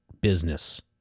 business